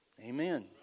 Amen